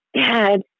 dad